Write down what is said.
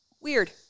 Weird